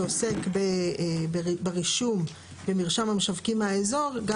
שעוסק ברישום במרשם המשווקים מהאזור גם